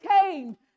came